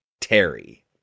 Terry